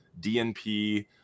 DNP